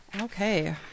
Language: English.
okay